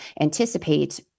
anticipate